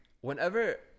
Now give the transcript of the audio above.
whenever